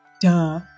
Duh